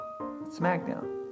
SmackDown